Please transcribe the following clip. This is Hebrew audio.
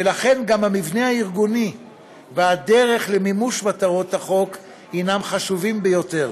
ולכן גם המבנה הארגוני והדרך למימוש מטרות החוק הם חשובים ביותר.